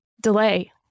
delay